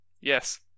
Yes